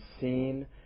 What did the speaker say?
seen